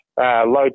low